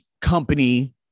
company –